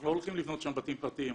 אנחנו לא הולכים לבנות שם בתים פרטיים,